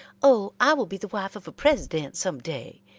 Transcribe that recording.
oh, i will be the wife of a president some day,